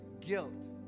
guilt